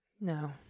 No